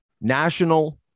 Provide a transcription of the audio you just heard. national